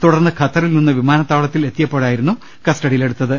തുടർന്ന് ഖത്ത റിൽ നിന്ന് വിമാനത്താവളത്തിൽ എത്തിയപ്പോഴായിരുന്നു കസ്റ്റഡിയിൽ എടുത്തത്